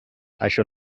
això